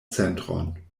centron